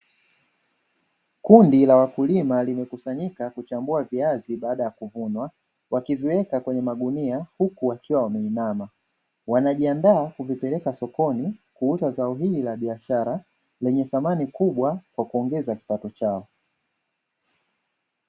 Kundi la wakulima limekusanyika wakichambua viazi baada ya kuvunwa, wakiviweka kwenye magunia huku wakiwa wameinama, wanajianda kuvipeleka sokoni kuuza zao hili la biashara lenye thamani kubwa kwa kuongeza kipato chao.